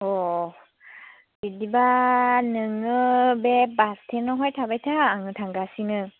बिदिबा नोङो बे बासस्टेनावहाय थाबायथा आङो थांगासिनो